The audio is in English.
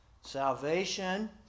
Salvation